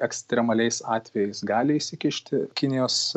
ekstremaliais atvejais gali įsikišti kinijos